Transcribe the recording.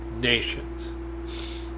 nations